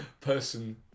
person